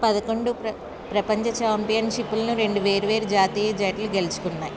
పదకొండు ప్రపంచ ఛాంపియన్షిప్లను రెండు వేర్వేరు జాతీయ జట్లు గెలుచుకున్నాయి